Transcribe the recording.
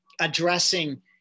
addressing